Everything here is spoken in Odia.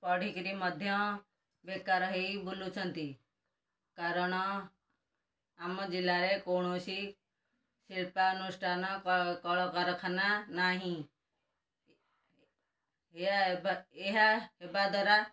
ପଢ଼ିକରି ମଧ୍ୟ ବେକାର ହେଇ ବୁଲୁଛନ୍ତି କାରଣ ଆମ ଜିଲ୍ଲାରେ କୌଣସି ଶିଳ୍ପ ଅନୁଷ୍ଠାନ କଳକାରଖାନା ନାହିଁ ଏହା ଏହା ହେବା ଦ୍ୱାରା